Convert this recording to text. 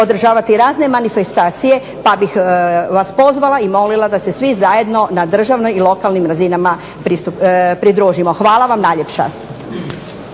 održavati razne manifestacije pa bih vas pozvala i molila da se svi zajedno na državnoj i lokalnim razinama pridružimo. Hvala vam najljepša.